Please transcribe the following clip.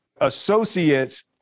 associates